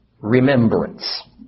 remembrance